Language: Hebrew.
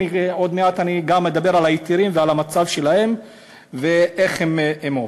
עוד מעט אני אדבר גם על ההיתרים ועל המצב שלהם ואיך הם עובדים.